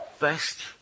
best